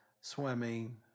swimming